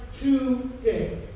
today